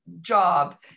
job